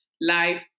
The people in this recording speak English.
life